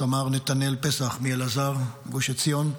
סמ"ר נתנאל פסח, מאלעזר, גוש עציון,